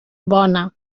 bona